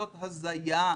זו הזיה.